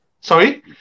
Sorry